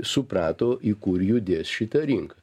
suprato į kur judės šita rinka